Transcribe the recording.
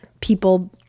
people